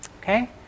Okay